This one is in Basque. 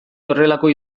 horrelako